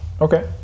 Okay